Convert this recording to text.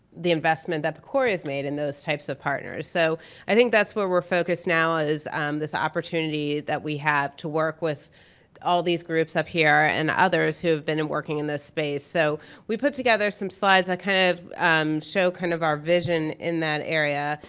the investment that pcori has made in those types of partners. so i think that's where we're focused now is this opportunity that we have to work with all these groups up here and others who've been and working in this space so we put together some slides that kind of um so kind of our vision in that area.